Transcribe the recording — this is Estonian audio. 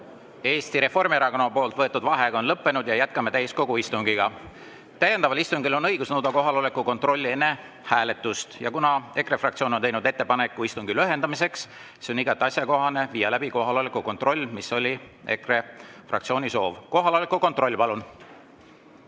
Eesti Reformierakonna võetud vaheaeg on lõppenud ja jätkame täiskogu istungit. Täiendaval istungil on õigus nõuda kohaloleku kontrolli enne hääletust ja kuna EKRE fraktsioon on teinud ettepaneku istungi lühendamiseks, siis on igati asjakohane viia läbi kohaloleku kontroll, mis oli EKRE fraktsiooni soov. Kohaloleku kontroll, palun!